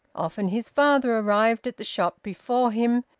often his father arrived at the shop before him,